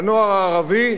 היו מתייצבים.